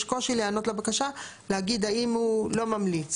קושי להיענות לבקשה" להגיד האם לא ממליץ.